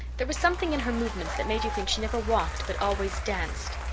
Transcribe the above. there was something in her movements that made you think she never walked but always danced.